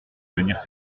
venir